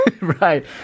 Right